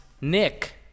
nick